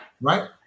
Right